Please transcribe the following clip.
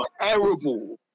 terrible